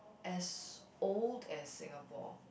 as old as Singapore